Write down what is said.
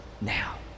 now